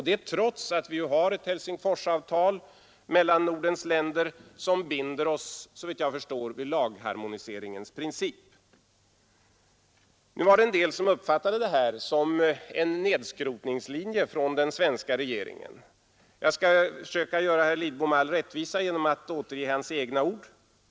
Det anförde han trots att Helsingforsavtalet mellan Nordens länder såvitt jag förstår binder oss vid lagharmoniseringens princip. Nu uppfattade en del det här som en nedskrotningslinje från den svenska regeringen. Jag skall försöka göra herr Lidbom rättvisa genom att återge hans egna ord.